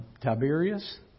Tiberius